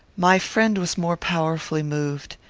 my friend was more powerfully moved.